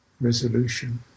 resolution